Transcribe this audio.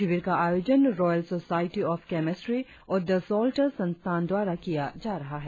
शिविर का आयोजन रॉयल सोसायटी ऑफ केमेस्ट्री और द सोल्टर्स संस्थान द्वारा किया जा रहा है